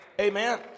Amen